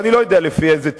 ואני לא יודע לפי איזה תמחור,